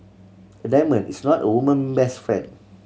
a diamond is not a woman best friend